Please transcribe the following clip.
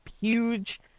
huge